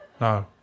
no